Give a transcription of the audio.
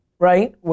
Right